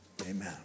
amen